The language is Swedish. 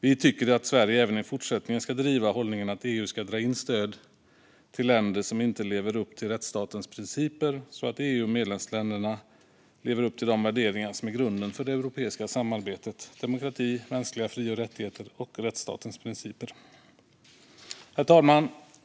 Vi tycker att Sverige även i fortsättningen ska driva hållningen att EU ska dra in stödet till länder som inte lever upp till rättsstatens principer, så att EU och medlemsländerna lever upp till de värderingar som är grunden för det europeiska samarbetet: demokrati, mänskliga fri och rättigheter och rättsstatens principer. Herr talman!